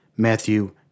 Matthew